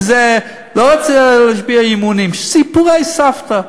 שאני לא רוצה להישבע אמונים סיפורי סבתא.